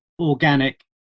organic